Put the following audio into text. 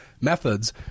methods